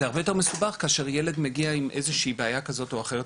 הרבה יותר מסובך כאשר ילד מגיע עם איזושהי בעיה כזו או אחרת,